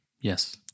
yes